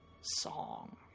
song